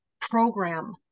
program